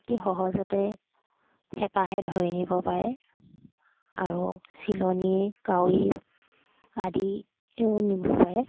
অতি সহজতে হেঁপাহে ধৰি নিব পাৰে আৰু চিলনি কাউৰী আদিয়েও নিব পাৰে